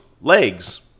legs